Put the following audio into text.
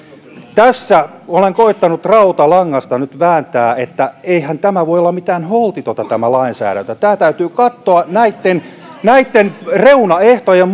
tässä olen koettanut rautalangasta nyt vääntää että eihän tämä lainsäädäntö voi olla mitään holtitonta ja tämä täytyy katsoa näitten näitten reunaehtojen